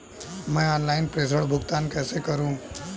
मैं ऑनलाइन प्रेषण भुगतान कैसे करूँ?